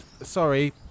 sorry